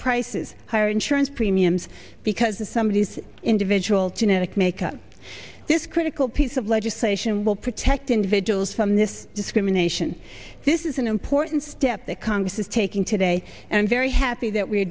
prices higher insurance premiums because of some of these individual genetic makeup this critical piece of legislation will protect individuals from this discrimination this is an important step that congress is taking today and very happy that we are